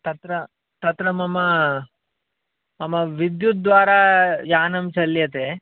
तत्र तत्र मम मम विद्युत् द्वारा यानं चाल्यते